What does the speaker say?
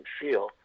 feel